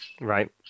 Right